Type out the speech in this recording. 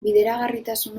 bideragarritasun